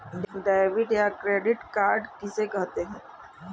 Debit या credit card किसे कहते हैं?